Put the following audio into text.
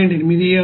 86 9